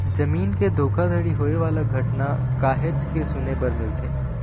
जमीन के धोखाघड़ी होए वाला घटना काहेच के सुने बर मिलथे